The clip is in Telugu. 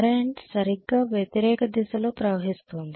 కరెంట్ సరిగ్గా వ్యతిరేక దిశలో ప్రవహిస్తోంది